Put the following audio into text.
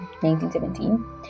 1917